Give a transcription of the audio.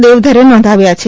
દેવધરે નોંધાવ્યા છે